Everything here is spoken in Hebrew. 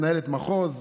מנהלת המחוז.